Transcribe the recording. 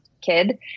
kid